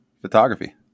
photography